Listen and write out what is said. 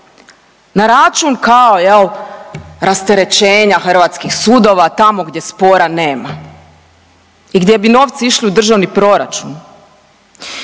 na račun, kao, je li, rasterećenja hrvatskih sudova tamo gdje spora nema i gdje bi novci išli u Državni proračun,